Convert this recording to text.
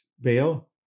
bail